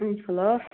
ꯎꯝ hello